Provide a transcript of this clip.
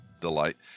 delight